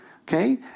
Okay